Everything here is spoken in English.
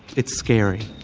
it's scary.